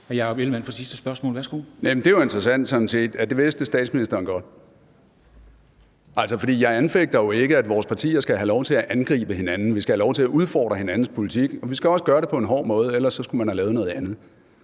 Jakob Ellemann-Jensen (V): Det er jo sådan set interessant, at statsministeren godt vidste det. Jeg anfægter jo ikke, at vores partier skal have lov til at angribe hinanden – vi skal have lov til at udfordre hinandens politik, og vi skal også gøre det på en hård måde, og hvis man ikke vil det, skulle man have lavet noget andet.